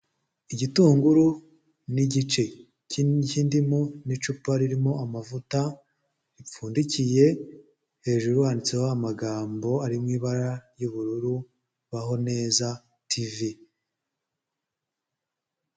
Igitunguru n'igice cy'indimu n'icupa ririmo amavuta ripfundikiye, hejuru handitseho amagambo ari mu ibara ry'ubururu Baho neza tv.